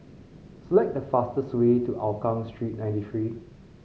select the fastest way to Hougang Street Ninety Three